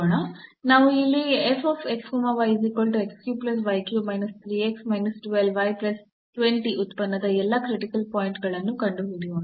ನಾವು ಇಲ್ಲಿ ಈ ಉತ್ಪನ್ನದ ಎಲ್ಲಾ ಕ್ರಿಟಿಕಲ್ ಪಾಯಿಂಟ್ ಗಳನ್ನು ಕಂಡು ಹಿಡಿಯೋಣ